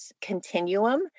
continuum